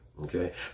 Okay